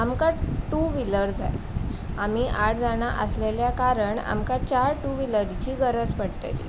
आमकां two wheeler जाय आमी आठ जाणां आसलेल्या कारण आमकां चार टू व्हिलरीची गरज पडटली